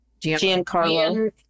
Giancarlo